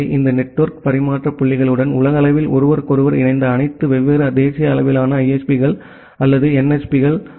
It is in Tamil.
எனவே இந்த நெட்வொர்க் பரிமாற்ற புள்ளிகளுடன் உலகளவில் ஒருவருக்கொருவர் இணைந்த அனைத்து வெவ்வேறு தேசிய அளவிலான ஐஎஸ்பிக்கள் அல்லது என்எஸ்பிக்கள்